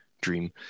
dream